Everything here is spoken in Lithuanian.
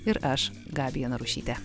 ir aš gabija narušytė